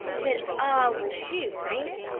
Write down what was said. since ah was shoot, ain't it?